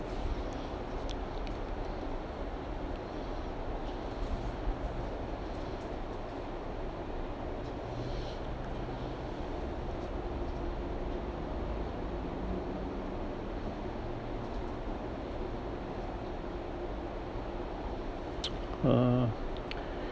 uh